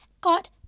got